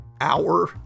hour